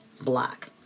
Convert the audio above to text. black